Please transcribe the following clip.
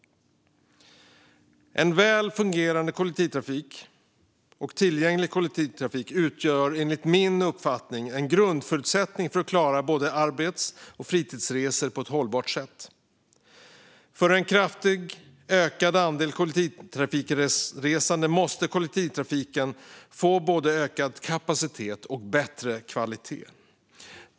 En väl fungerande och tillgänglig kollektivtrafik utgör enligt min uppfattning en grundförutsättning för att klara både arbets och fritidsresor på ett hållbart sätt. För en kraftigt ökad andel kollektivtrafikresande måste kollektivtrafiken få både ökad kapacitet och bättre kvalitet.